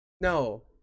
No